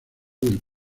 del